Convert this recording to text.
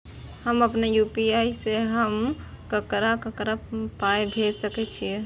हम आपन यू.पी.आई से हम ककरा ककरा पाय भेज सकै छीयै?